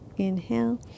Inhale